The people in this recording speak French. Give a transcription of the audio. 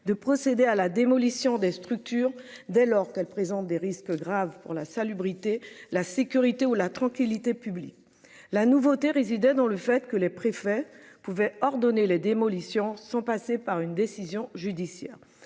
de procéder à la démolition des structures dès lors qu'elle présente des risques graves pour la salubrité, la sécurité ou la tranquillité publique. La nouveauté réside dans le fait que les préfets pouvait ordonner les démolitions sont passés par une décision judiciaire.